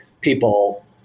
people –